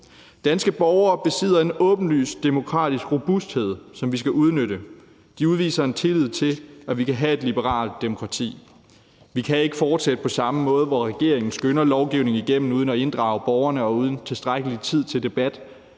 Danske borgere besidder en åbenlys demokratisk robusthed, som vi skal udnytte. De udviser en tillid til, at vi kan have et liberalt demokrati. Vi kan ikke fortsætte på samme måde, hvor regeringen skynder lovgivning igennem uden at inddrage borgerne og uden tilstrækkelig tid til debat.